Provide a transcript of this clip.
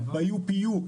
ב-UPU.